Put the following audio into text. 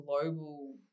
global